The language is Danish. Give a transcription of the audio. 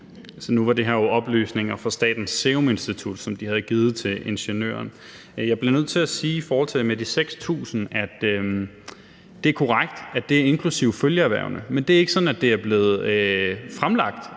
Nu var det her jo oplysninger fra Statens Serum Institut, som de havde givet til Ingeniøren. Jeg bliver nødt til at sige i forhold til det med de 6.000, at det er korrekt, at det er inklusive følgeerhvervene, men det er ikke sådan, det er blevet fremlagt